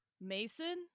Mason